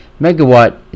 megawatt